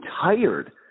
tired